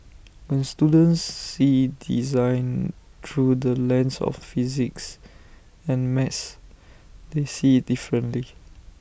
when students see design through the lens of physics and maths they see IT differently